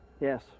Yes